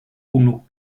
unu